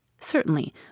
Certainly